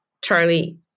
Charlie